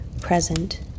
present